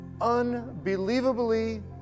unbelievably